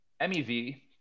MEV